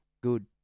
good